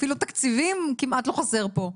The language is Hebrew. אפילו תקציבים כמעט לא חסר פה,